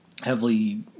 heavily